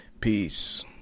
peace